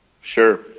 Sure